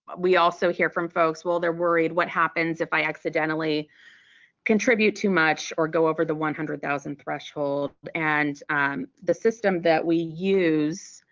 we also hear from folks well they're worried what happens if i accidentally contribute too much or go over the one hundred thousand threshold and the system that we use,